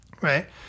Right